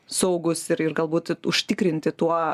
saugūs ir ir galbūt užtikrinti tuo kad